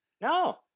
No